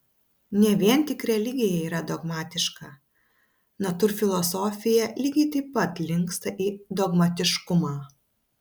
ne vien tik religija yra dogmatiška natūrfilosofija lygiai taip pat linksta į dogmatiškumą